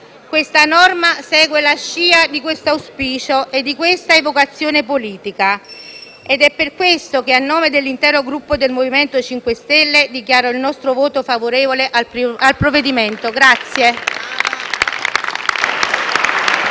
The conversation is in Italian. esame segue la scia di questo auspicio e di questa evocazione politica ed è per questo che, a nome dell'intero Gruppo MoVimento 5 Stelle, dichiaro il nostro voto favorevole. *(Applausi dai